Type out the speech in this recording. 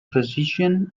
physician